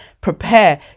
prepare